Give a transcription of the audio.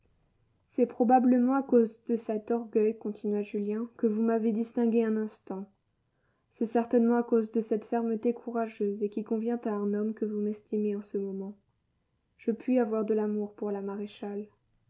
c'est probablement à cause de cet orgueil continua julien que vous m'avez distingué un instant c'est certainement à cause de cette fermeté courageuse et qui convient à un homme que vous m'estimez en ce moment je puis avoir de l'amour pour la maréchale